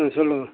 ம் சொல்லுங்கள்